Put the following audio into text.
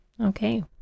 Okay